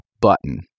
button